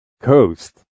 Coast